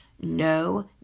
no